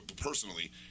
personally